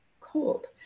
cold